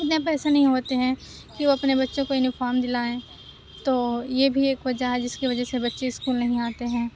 اتنے پیسے نہیں ہوتے ہیں کہ وہ اپنے بچوں کو یونیفارم دلائیں تو یہ بھی ایک وجہ ہے جس کی وجہ سے بچے اسکول نہیں آتے ہیں